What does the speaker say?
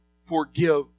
forgive